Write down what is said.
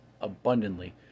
abundantly